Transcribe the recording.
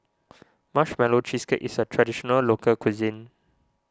Marshmallow Cheesecake is a Traditional Local Cuisine